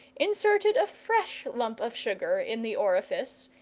inserted a fresh lump of sugar in the orifice,